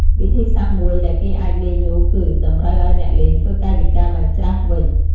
វិធីសាស្ត្រមួយដែលគេអាចលេងនោះគឺ តម្រូវឱ្យអ្នកលេងធ្វើកាយវិការបញ្ច្រាសវិញ។